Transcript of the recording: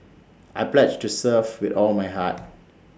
I pledge to serve with all my heart